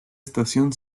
estación